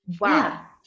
wow